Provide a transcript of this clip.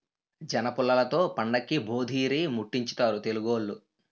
జనపుల్లలతో పండక్కి భోధీరిముట్టించుతారు తెలుగోళ్లు